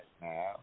now